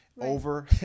Over